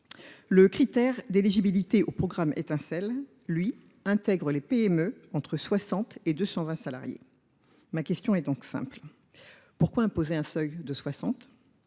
Le critère d'éligibilité au programme étincelle, lui, intègre les PME entre 60 et 220 salariés. Ma question est donc simple. Pourquoi imposer un seuil de 60 ?